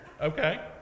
Okay